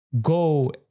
go